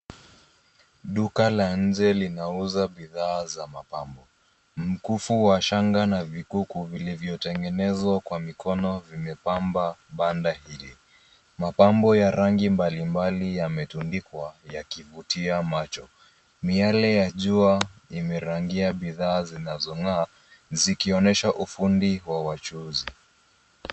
Duka la nje linauza bidhaa za mapambo. Mkufu wa shanga na vikuku vilivyotengenezwa kwa mikono vimepamba banda hili. Mapambo ya rangi mbalimbali yametundikwa yakivutia macho. Miale ya jua imerangia bidhaa zinazong'aa zikionyesha fundi wa wachuuzi.